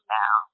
now